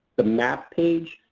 the map page,